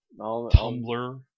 Tumblr